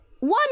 One